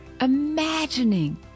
imagining